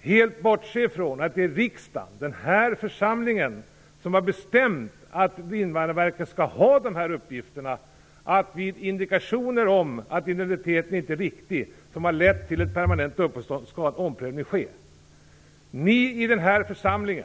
helt bortser från att det är riksdagen - denna församling - som har bestämt att Invandrarverket skall ha dessa uppgifter. Omprövning skall ske vid indikationer om att en identitet, som har lett till ett permanent uppehållstillstånd, inte är riktig.